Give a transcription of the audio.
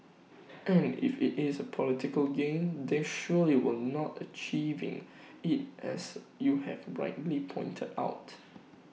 and if IT is political gain then surely we are not achieving IT as you have rightly pointed out